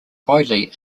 widely